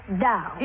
down